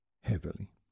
heavily